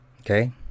Okay